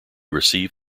received